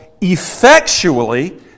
effectually